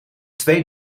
twee